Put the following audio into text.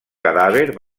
cadàver